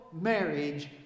marriage